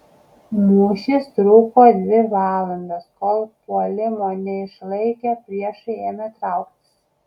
mūšis truko dvi valandas kol puolimo neišlaikę priešai ėmė trauktis